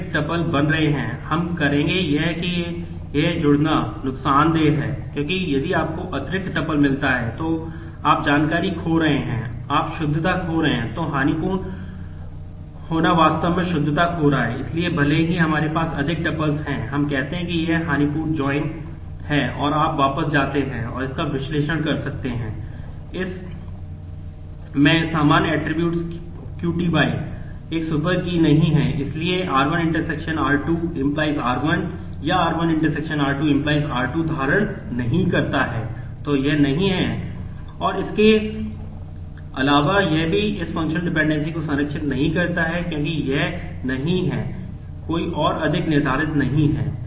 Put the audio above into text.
इसलिए हमें अतिरिक्त ट्यूपल्स को संरक्षित नहीं करता है क्योंकि ये नहीं हैं कोई और अधिक निर्धारित नहीं है